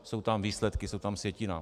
Jsou tam výsledky, je tam sjetina.